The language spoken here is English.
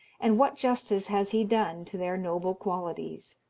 and what justice has he done to their noble qualities!